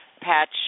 Patch